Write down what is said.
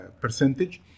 percentage